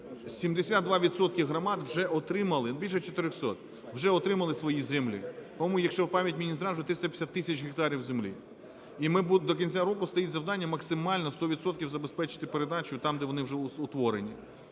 громад вже отримали… більше 400… вже отримали свої землі, по-моєму, якщо пам'ять мені не зраджує, 350 тисяч гектарів землі. І до кінця року стоїть завдання максимально, 100 відсотків, забезпечити передачу там, де вони вже утворені.